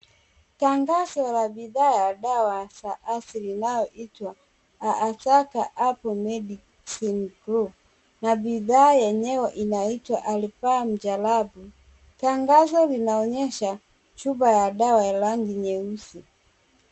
Tangazo la bidhaa ya dawa za asili inayoitwa Azaka Medicine Group. Na bidhaa yenyewe inaitwa Alpha Mjalabu. Tangazo linaonyesha chupa ya dawa ya rangi nyeusi.